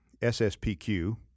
SSPQ